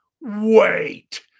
Wait